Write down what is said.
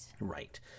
Right